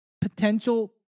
Potential